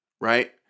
right